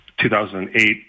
2008